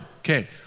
Okay